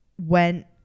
went